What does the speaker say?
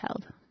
held